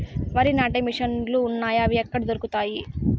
వరి నాటే మిషన్ ను లు వున్నాయా? అవి ఎక్కడ దొరుకుతాయి?